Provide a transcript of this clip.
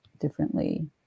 differently